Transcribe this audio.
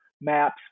maps